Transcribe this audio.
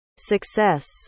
success